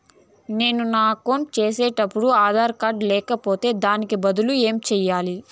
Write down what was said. నేను నా అకౌంట్ సేసేటప్పుడు ఆధార్ కార్డు లేకపోతే దానికి బదులు ఏమి సెయ్యాలి?